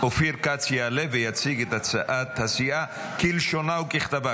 אופיר כץ יעלה ויציג את הצעת הסיעה כלשונה וככתבה,